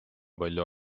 palju